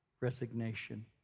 resignation